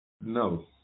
no